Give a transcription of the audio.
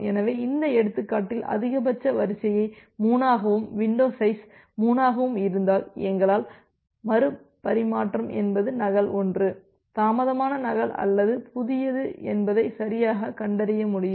எனவே இந்த எடுத்துக்காட்டில் அதிகபட்ச வரிசையை 3 ஆகவும் வின்டோ சைஸ் 3 ஆகவும் இருந்தால் எங்களால் மறுபரிமாற்றம் என்பது நகல் ஒன்று தாமதமான நகல் அல்லது புதியது என்பதை சரியாகக் கண்டறிய முடியும்